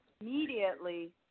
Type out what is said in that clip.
immediately